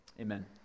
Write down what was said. Amen